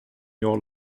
your